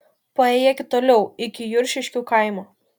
paėjėkit toliau iki juršiškių kaimo